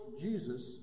Jesus